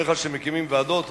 בדרך כלל כשמקימים ועדות,